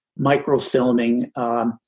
microfilming